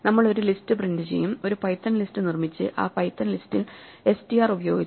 നമ്മൾ ഒരു ലിസ്റ്റ് പ്രിന്റുചെയ്യും ഒരു പൈത്തൺ ലിസ്റ്റ് നിർമ്മിച്ച് ആ പൈത്തൺ ലിസ്റ്റിൽ str ഉപയോഗിച്ച്